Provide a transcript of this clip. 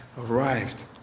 arrived